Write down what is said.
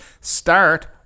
start